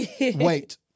wait